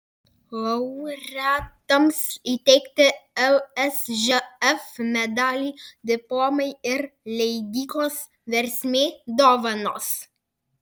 laureatams įteikti lsžf medaliai diplomai ir leidyklos versmė dovanos